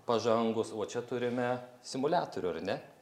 pažangūs o čia turime simuliatorių ar ne